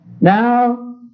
now